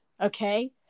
okay